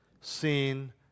seen